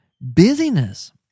busyness